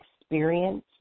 experience